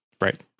right